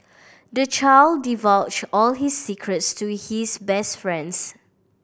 the child divulged all his secrets to his best friend